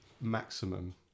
maximum